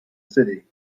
city